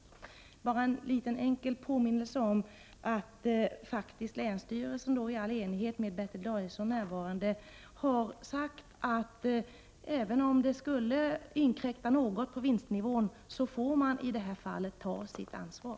Det är bara en liten enkel påminnelse om att länsstyrelsen faktiskt i full enighet — med Bertil Danielsson närvarande — har sagt att även om det skulle inkräkta något på vinstnivån får företaget i detta fall ta sitt ansvar.